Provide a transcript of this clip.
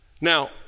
Now